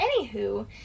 anywho